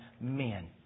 men